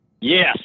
Yes